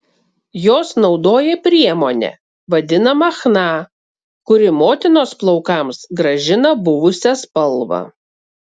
jos naudoja priemonę vadinamą chna kuri motinos plaukams grąžina buvusią spalvą